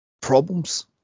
problems